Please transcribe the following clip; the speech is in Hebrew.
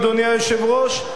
אדוני היושב-ראש,